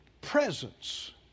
Presence